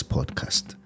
Podcast